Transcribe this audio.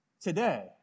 today